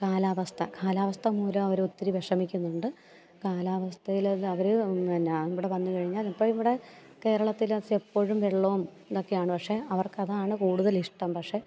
കാലാവസ്ഥ കാലാവസ്ഥ മൂലം അവര് ഒത്തിരി വിഷമിക്കുന്നുണ്ട് കാലാവസ്ഥയില് അവര് പിന്നെ ഇവിടെ വന്നു കഴിഞ്ഞാൽ ഇപ്പോള് ഇവിടെ കേരളത്തില് എപ്പോഴും വെള്ളവും ഇതൊക്കെയാണ് പക്ഷേ അവർക്കതാണ് കൂടുതലിഷ്ടം പക്ഷെ